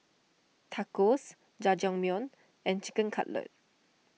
Tacos Jajangmyeon and Chicken Cutlet